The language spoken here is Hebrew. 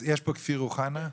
כפיר אוחנה?